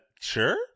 sure